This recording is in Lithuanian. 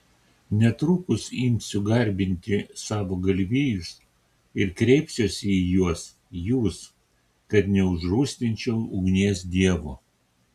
netrukus imsiu garbinti savo galvijus ir kreipsiuosi į juos jūs kad neužrūstinčiau ugnies dievo